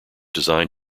designed